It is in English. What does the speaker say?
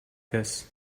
this